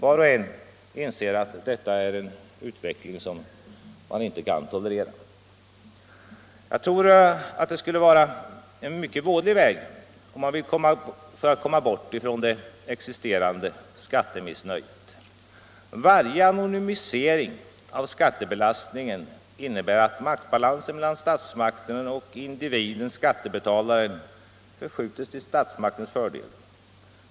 Var och en inser att detta är en utveckling som man inte kan tolerera. Jag tror att det skulle vara en mycket vådlig väg om man vill komma bort från det existerande skattemissnöjet. Varje anonymisering av skattebelastningen innebär att maktbalansen mellan statsmakten och individen/skattebetalaren förskjutes till statsmaktens fördel.